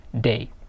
day